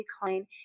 decline